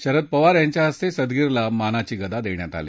शरद पवार यांच्या हस्ते सदगीरला मानाची गदा देण्यात आली